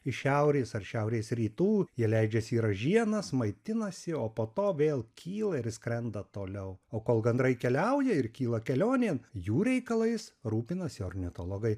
iš šiaurės ar šiaurės rytų jie leidžiasi į ražienas maitinasi o po to vėl kyla ir skrenda toliau o kol gandrai keliauja ir kyla kelionėn jų reikalais rūpinasi ornitologai